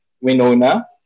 Winona